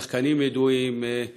שחקנים ידועים,